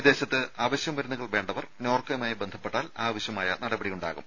വിദേശത്ത് അവശ്യ മരുന്നുകൾ വേണ്ടവർ നോർക്കയുമായി ബന്ധപ്പെട്ടാൽ ആവശ്യമായ നടപടിയുണ്ടാവും